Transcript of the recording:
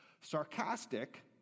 Sarcastic